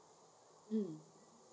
um